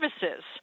services